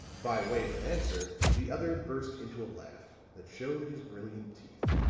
by way of an answer the other burst into a laugh that showed his brilliant teeth